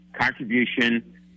contribution